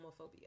homophobia